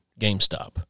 GameStop